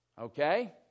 okay